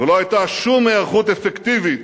ולא היתה שום היערכות אפקטיבית